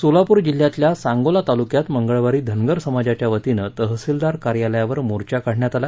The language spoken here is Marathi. सोलापूर जिल्ह्यातल्या सांगोला तालुक्यात मंगळवारी धनगर समाजाच्या वतीनं तहसीलदार कार्यालयावर मोर्चा काढला